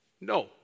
No